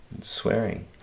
swearing